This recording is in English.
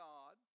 God